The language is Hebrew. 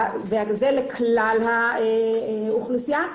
זה לכלל האוכלוסייה,